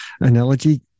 analogy